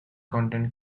content